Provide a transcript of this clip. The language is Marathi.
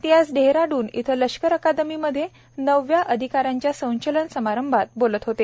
ते आज डेहराडून इथं लष्कर अकादमीमधे नव्या अधिकाऱ्यांच्या संचलन समारंभात बोलत होते